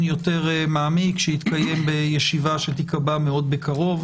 יותר מעמיק שיתקיים בישיבה שתיקבע מאוד בקרוב.